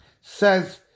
Says